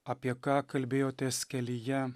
apie ką kalbėjotės kelyje